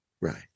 right